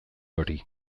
hori